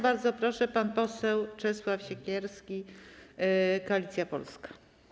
Bardzo proszę, pan poseł Czesław Siekierski, Koalicja Polska.